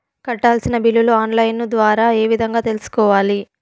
కట్టాల్సిన బిల్లులు online ద్వారా ఏ విధంగా తెలుసుకోవాలి?